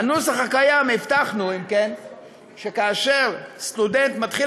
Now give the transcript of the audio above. בנוסח הקיים הבטחנו שכאשר סטודנט מתחיל